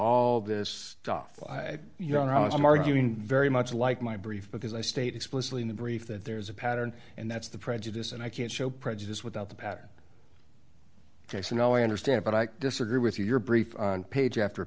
all this stuff you know i'm arguing very much like my brief because i state explicitly in the brief that there is a pattern and that's the prejudice and i can't show prejudice without the pattern ok so no i understand but i disagree with your brief on page after